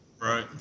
Right